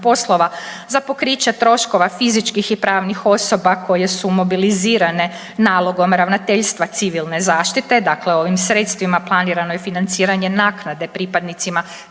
za pokriće troškova fizičkih i pravnih osoba koje su mobilizirane nalogom Ravnateljstva Civilne zaštite, dakle ovim sredstvima planirano je financiranje naknade pripadnicima